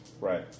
Right